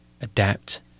adapt